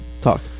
Talk